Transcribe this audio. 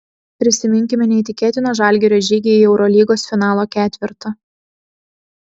prisiminkime neįtikėtiną žalgirio žygį į eurolygos finalo ketvertą